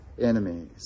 enemies